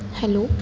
hello